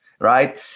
right